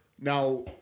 Now